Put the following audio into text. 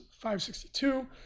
562